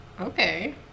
okay